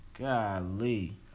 Golly